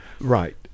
right